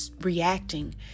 reacting